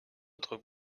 autre